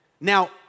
Now